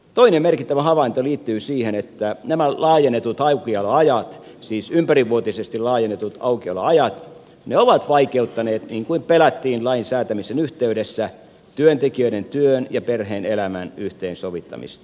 toinen merkittävä havainto liittyy siihen että nämä laajennetut aukioloajat siis ympärivuotisesti laajennetut aukioloajat ovat vaikeuttaneet niin kuin pelättiin lain säätämisen yhteydessä työntekijöiden työn ja perhe elämän yhteensovittamista